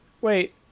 wait